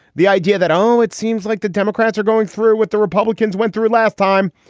the idea that, oh, it seems like the democrats are going through what the republicans went through last time,